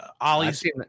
Ollie's